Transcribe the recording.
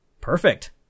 Perfect